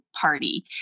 party